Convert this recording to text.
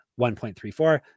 1.34